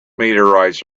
meteorites